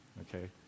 okay